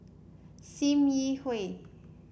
Sim Yi Hui